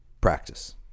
practice